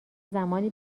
زمانی